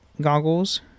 goggles